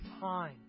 time